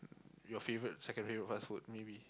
your favourite secondary fast food maybe